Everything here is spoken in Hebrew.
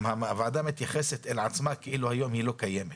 גם הוועדה מתייחסת אל עצמה כאילו היום היא לא קיימת,